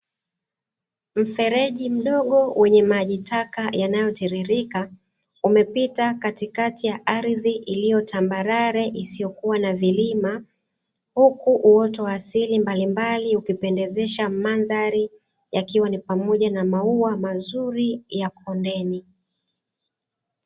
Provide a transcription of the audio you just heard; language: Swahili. Mfereji mdogo wenye maji taka yanayotiririka, umepita katikati ya ardhi iliyo tambarare isiyokuwa na vilima, huku uoto wa asili mbalimbali ukipendezesha mandhari yakiwa ni pamoja na maua mazuri ya pembeni.